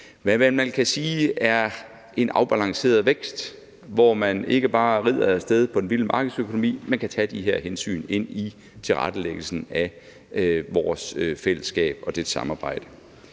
for, hvad man vel kunne sige er en afbalanceret vækst, hvor man ikke bare rider af sted på den vilde markedsøkonomi, men kan tage de her hensyn ind i tilrettelæggelsen af vores fællesskab og dets samarbejde.